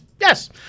yes